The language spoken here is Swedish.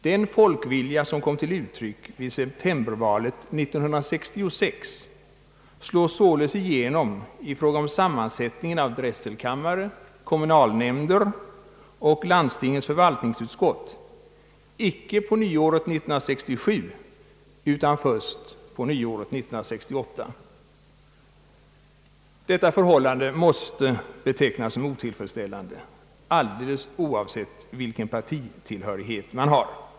Den folkvilja som kom till uttryck vid septembervalet 1966 slår således i fråga om sammansättningen av drätselkammare, kommunalnämnder och landstingens förvaltningsutskott igenom icke på nyåret 1967 utan först på nyåret 1968. Detta förhållande måste betecknas som otillfredsställande, alldeles oavsett vilken partitillhörighet man har.